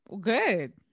Good